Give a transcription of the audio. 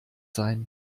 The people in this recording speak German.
sein